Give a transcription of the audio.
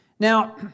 Now